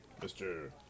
Mr